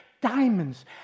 Diamonds